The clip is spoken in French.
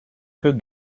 que